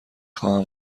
خواهم